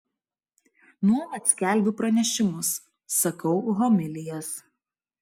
nuolat skelbiu pranešimus sakau homilijas